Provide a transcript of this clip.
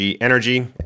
energy